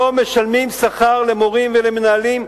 לא משלמים שכר למורים ולמנהלים,